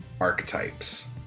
archetypes